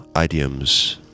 idioms